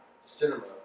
cinema